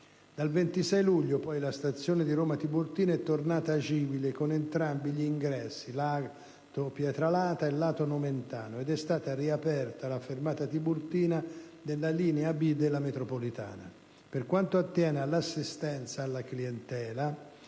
Dal 26 luglio, poi, la stazione di Roma Tiburtina è tornata agibile con entrambi gli ingressi, lato Pietralata e lato Nomentano, ed è stata riaperta la fermata Tiburtina della linea B della metropolitana. Per quanto attiene all'assistenza alla clientela,